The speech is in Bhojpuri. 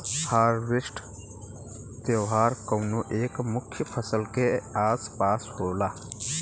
हार्वेस्ट त्यौहार कउनो एक मुख्य फसल के आस पास होला